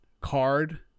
card